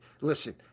Listen